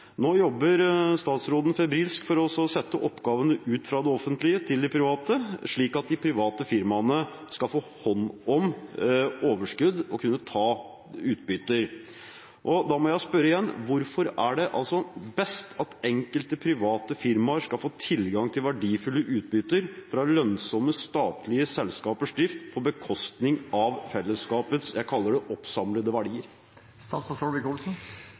Nå jobber statsråden febrilsk for å sette ut oppgavene fra det offentlige til det private, slik at de private firmaene skal få hånd om overskudd og kunne ta utbytter. Da må jeg spørre igjen: Hvorfor er det best at enkelte private firmaer skal få tilgang til verdifulle utbytter fra lønnsomme statlige selskapers drift på bekostning av fellesskapets – jeg kaller det – oppsamlede